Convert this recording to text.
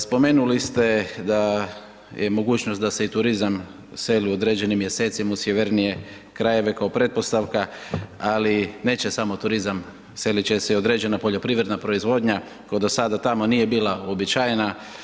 Spomenuli ste da i mogućnost da se i turizam seli u određenim mjesecima u sjevernije krajeve kao pretpostavka, ali neće samo turizam, selit će se i određena poljoprivredna proizvodnja koja do sada tamo nije bila uobičajena.